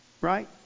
right